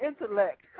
intellect